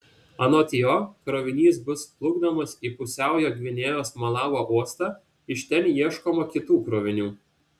anot jo krovinys bus plukdomas į pusiaujo gvinėjos malabo uostą iš ten ieškoma kitų krovinių